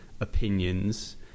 opinions